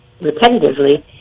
repetitively